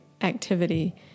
activity